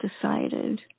decided